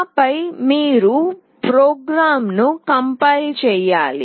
ఆపై మీరు ప్రోగ్రామ్ను కంపైల్ చేయాలి